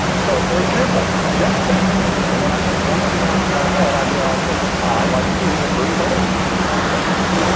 so, for example, just don't stand there. and when i kind of rummage around in my head, i realize that i, like you have heard plenty of people saying that.